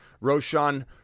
roshan